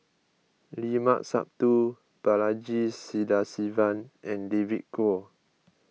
Limat Sabtu Balaji Sadasivan and David Kwo